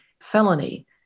felony